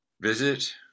Visit